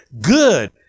Good